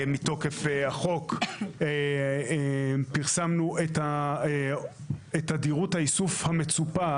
מתוקף החוק פרסמנו את תדירות האיסוף המצופה,